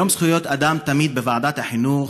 תמיד ביום זכויות האדם מביאים בוועדת החינוך